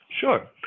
sure